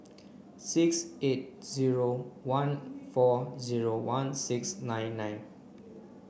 six eight zero one four zero one six nine nine